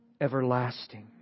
everlasting